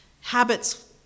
habits